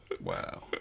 Wow